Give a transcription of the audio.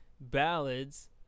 ballads